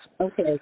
Okay